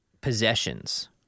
possessions